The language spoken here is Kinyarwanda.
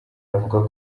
avuga